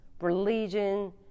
religion